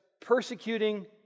persecuting